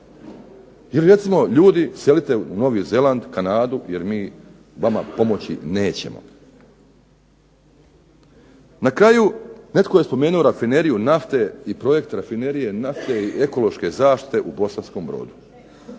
ili recimo ljudi selite u Novi Zeland, Kanadu jer mi vama pomoći nećemo. Na kraju, netko je spomenuo rafineriju nafte i projekt rafinerije nafte i ekološke zaštite u Bosanskom Brodu,